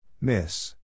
Miss